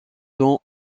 don